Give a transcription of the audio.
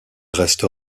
reste